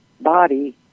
body